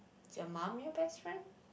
is your mum your best friend